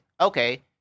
okay